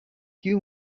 you